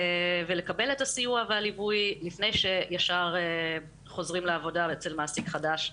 לקבל את הסיוע והליווי לפני שישר חוזרים לעבודה אצל מעסיק חדש.